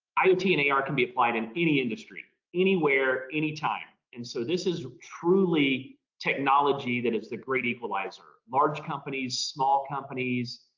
i mean ar can be applied in any industry anywhere, anytime. and so this is truly technology that is the great equalizer. large companies, small companies,